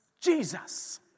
Jesus